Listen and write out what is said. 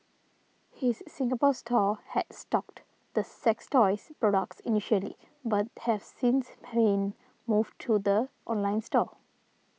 his Singapore store had stocked the sex toys products initially but have since been moved to the online store